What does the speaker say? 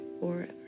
forever